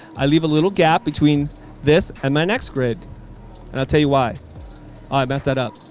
i leave a little gap between this and my next grid. and i'll tell you why i messed that up.